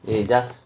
you just